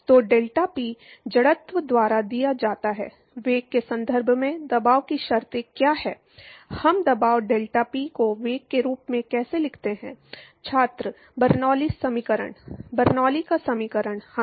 तो आइए अब दबाव शब्द को देखें